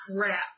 crap